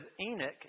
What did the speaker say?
Enoch